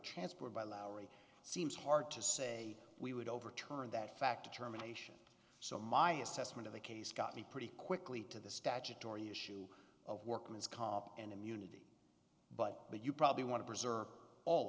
transport by lowery seems hard to say we would overturn that fact germination so my assessment of the case got me pretty quickly to the statutory issue of workman's comp and immunity but that you probably want to preserve all